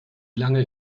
lange